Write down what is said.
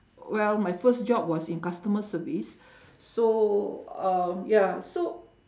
well my first job was in customer service so um ya so